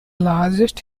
largest